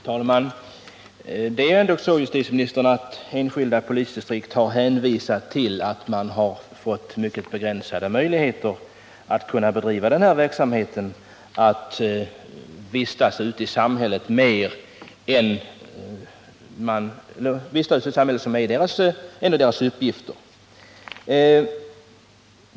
Herr talman! Det är ändå så, herr justitieminister, att enskilda polisdistrikt har framhållit att de fått mycket begränsade möjligheter att bedriva den här verksamheten ute i samhället, vilken ändå tillhör deras uppgifter.